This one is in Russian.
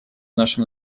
нашем